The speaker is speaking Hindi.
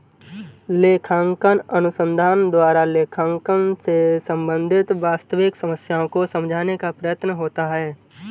लेखांकन अनुसंधान द्वारा लेखांकन से संबंधित वास्तविक समस्याओं को समझाने का प्रयत्न होता है